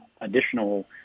additional